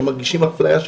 שמרגישים אפליה,